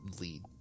lead